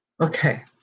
Okay